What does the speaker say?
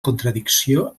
contradicció